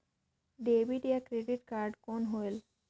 Debit या credit card कौन होएल?